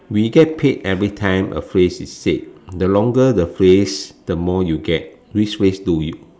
when you get paid every time a phrase is said the longer the phrase the more you get which phrase do you